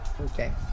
Okay